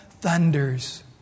thunders